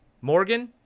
Morgan